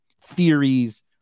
theories